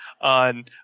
on